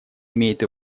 имеет